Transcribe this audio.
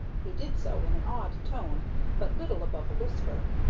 he did so in an awed tone but little above a whisper.